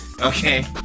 Okay